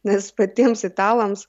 nes patiems italams